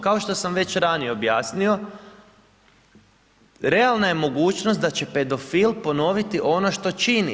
Kao što sam već ranije objasnio, realna je mogućnost da će pedofil ponoviti ono što čini.